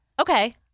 Okay